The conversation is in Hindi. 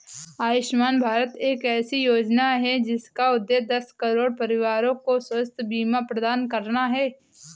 आयुष्मान भारत एक ऐसी योजना है जिसका उद्देश्य दस करोड़ परिवारों को स्वास्थ्य बीमा प्रदान करना है